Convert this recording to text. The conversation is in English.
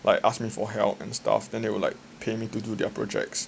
like ask me for help and stuff then they will like pay me to do their projects